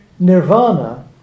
Nirvana